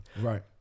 right